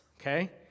okay